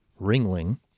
Ringling